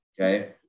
okay